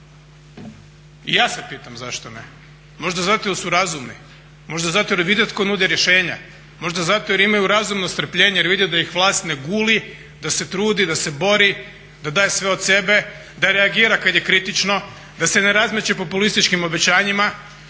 I ja se pitam zašto ne. Možda zato jer su razumni, možda zato jer vide tko nudi rješenja. Možda zato jer imaju razumno strpljenje jer vide da ih vlast ne guli, da se trudi, da se bori, da daje sve od sebe, da reagira kada je kritično, da se ne razmeće populističkim obećanjima,